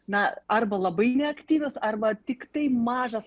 na arba labai neaktyvios arba tiktai mažas